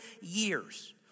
years